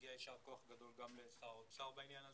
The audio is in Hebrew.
מגיע יישר כוח גם לשר האוצר בעניין הזה.